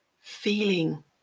feeling